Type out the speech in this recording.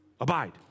abide